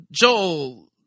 Joel